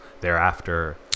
thereafter